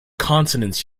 consonants